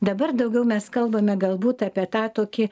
dabar daugiau mes kalbame galbūt apie tą tokį